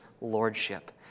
lordship